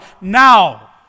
now